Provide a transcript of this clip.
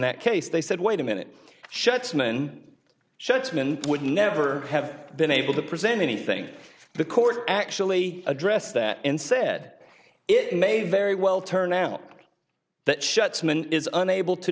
that case they said wait a minute shuts mn shut would never have been able to present anything the court actually address that instead it may very well turn out that shuts is unable to